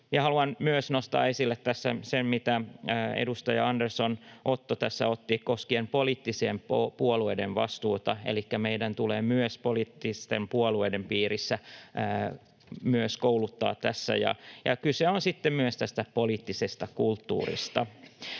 haluan myös nostaa esille tässä sen, mitä edustaja Otto Andersson tässä otti esiin koskien poliittisten puolueiden vastuuta. Elikkä meidän tulee myös poliittisten puolueiden piirissä kouluttaa tässä, ja kyse on sitten myös tästä poliittisesta kulttuurista.